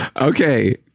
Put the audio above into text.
Okay